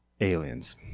Aliens